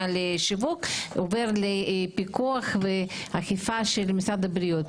לשיווק עובר לפיקוח ואכיפה של משרד הבריאות.